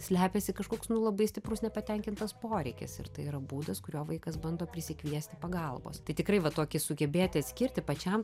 slepiasi kažkoks nu labai stiprus nepatenkintas poreikis ir tai yra būdas kuriuo vaikas bando prisikviesti pagalbos tai tikrai va tokį sugebėti atskirti pačiam